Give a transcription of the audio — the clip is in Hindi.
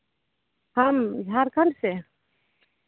हम झारखंड से